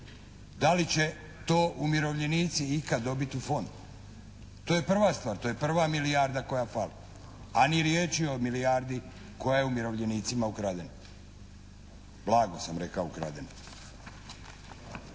Da li će to umirovljenici ikad dobiti u fond? To je prva stvar. To je prva milijarda koja fali, a ni riječi o milijardi koja je umirovljenicima ukradena. Blago sam rekao ukradena.